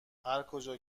هرکجا